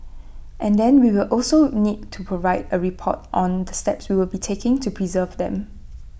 and then we will also need to provide A report on the steps we will be taking to preserve them